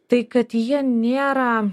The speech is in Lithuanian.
tai kad jie nėra